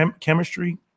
chemistry